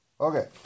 Okay